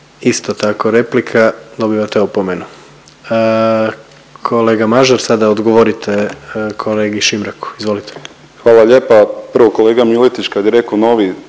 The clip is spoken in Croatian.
Isto tako replika dobivate opomenu. Kolega Mažar sada odgovorite kolegi Šimraku. Izvolite. **Mažar, Nikola (HDZ)** Hvala lijepa. Prvo kolega Miletić kad je reko novi,